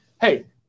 hey